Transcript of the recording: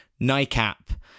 NICAP